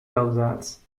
heldendaad